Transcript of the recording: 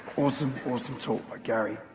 awesome, awesome talk by gary.